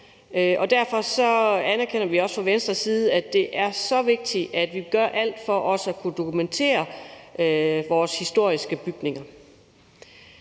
Derfor anerkender vi også fra Venstres side, at det er så vigtigt, at vi gør alt for at kunne dokumentere vores historiske bygninger.